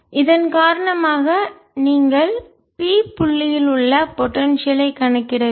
இதன் காரணமாக நீங்கள் p புள்ளியில் உள்ள பொடென்சியல் ஐ கணக்கிட வேண்டும்